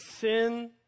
Sin